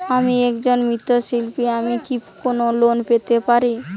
আমি একজন মৃৎ শিল্পী আমি কি কোন লোন পেতে পারি?